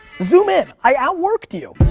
zoom in. i outworked you.